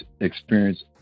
experience